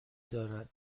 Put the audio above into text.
دارد